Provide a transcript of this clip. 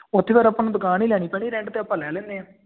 ਉੱਥੇ ਫਿਰ ਆਪਾਂ ਨੂੰ ਦੁਕਾਨ ਹੀ ਲੈਣੀ ਪੈਣੀ ਰੈਂਟ 'ਤੇ ਆਪਾਂ ਲੈ ਲੈਂਦੇ ਹਾਂ